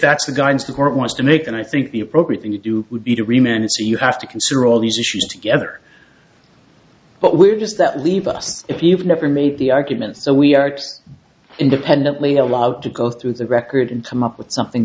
that's the guidance the court wants to make and i think the appropriate thing to do would be to remain so you have to consider all these issues together but we're just that leave us if you've never made the argument so we are independently allowed to go through the record in some up with something